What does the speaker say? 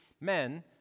men